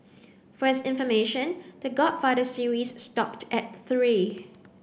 for his information The Godfather series stopped at three